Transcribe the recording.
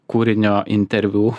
kūrinio interviu